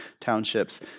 townships